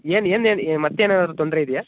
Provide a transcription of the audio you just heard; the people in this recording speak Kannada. ಏನು ಏನು ಹೇಳಿ ಮತ್ತೇನಾದ್ರು ತೊಂದರೆ ಇದೆಯಾ